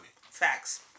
Facts